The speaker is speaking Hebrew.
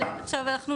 על סעיף קטן (ד).